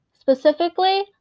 specifically